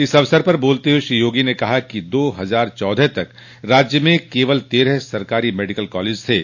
इस अवसर पर बोलते हुए श्री योगी ने कहा कि दो हजार चौदह तक राज्य में केवल तेरह सरकारी मेडिकल कॉलेज थे